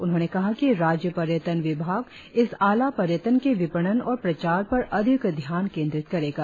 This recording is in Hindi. उन्होंने कहा कि राज्य पर्यटन विभाग इस आला पर्यटन के विपणन और प्रचार पर अधिक ध्यान केंद्रित करेगा